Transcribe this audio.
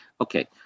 Okay